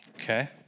Okay